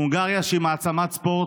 הונגריה, שהיא מעצמת ספורט.